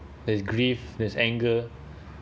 that’s grief that’s anger